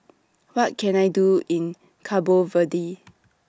What Can I Do in Cabo Verde